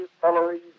following